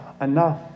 enough